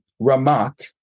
Ramak